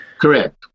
Correct